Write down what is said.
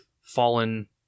fallen